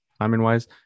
timing-wise